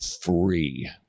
free